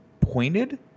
pointed